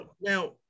Now